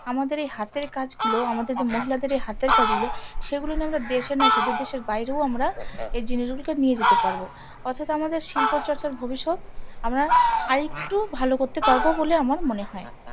আমাদের এই হাতের কাজগুলো আমাদের যে মহিলাদের এই হাতের কাজগুলো সেগুলো নিয়ে আমরা দেশে নয় শুধু দেশের বাইরেও আমরা এই জিনিসগুলোকে নিয়ে যেতে পারবো অর্থাৎ আমাদের শিল্প চর্চার ভবিষ্যৎ আমরা আরেকটু ভালো করতে পারবো বলে আমার মনে হয়